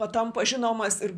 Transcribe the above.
patampa žinomas ir